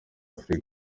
afurika